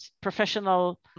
professional